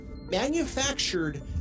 manufactured